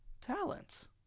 talents